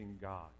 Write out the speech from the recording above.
God